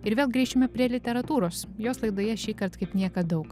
ir vėl grįšime prie literatūros jos laidoje šįkart kaip niekad daug